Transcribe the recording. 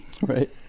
right